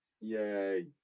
yay